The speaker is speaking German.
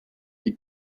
die